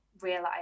realize